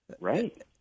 Right